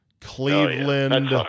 Cleveland